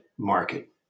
Market